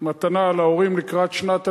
מתנה להורים לקראת שנת הלימודים.